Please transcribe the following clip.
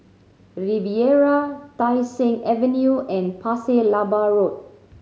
Riviera Tai Seng Avenue and Pasir Laba Road